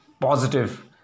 positive